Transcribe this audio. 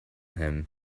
him